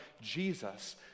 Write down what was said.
Jesus